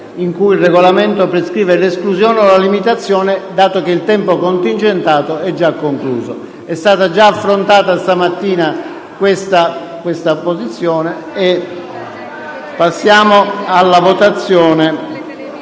in cui il Regolamento prescrive l'esclusione o la limitazione», dato che il tempo contingentato è già terminato. È stata già affrontata stamattina questa posizione. Passiamo alla votazione